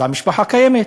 אז המשפחה קיימת,